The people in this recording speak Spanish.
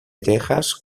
texas